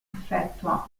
effettua